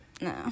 no